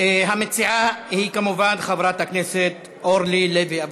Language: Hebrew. המציעה היא כמובן חברת הכנסת אורלי לוי אבקסיס.